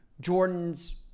Jordan's